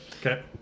Okay